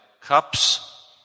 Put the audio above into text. cups